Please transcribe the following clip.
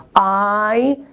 i,